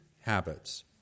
habits